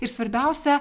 ir svarbiausia